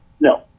No